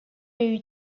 est